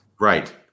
Right